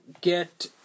get